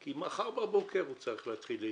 כי מחר בבוקר הוא צריך להתמודד,